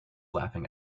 laughing